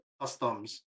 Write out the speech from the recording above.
Customs